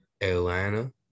Atlanta